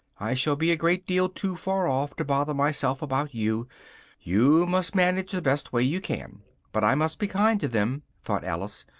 i shall be a great deal too far off to bother myself about you you must manage the best way you can but i must be kind to them, thought alice,